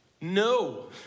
No